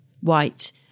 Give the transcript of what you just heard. white